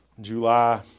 July